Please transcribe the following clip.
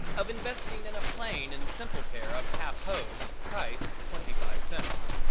of investing in a plain and simple pair of half hose, price twenty-five cents.